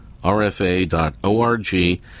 rfa.org